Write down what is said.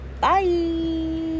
bye